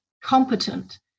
competent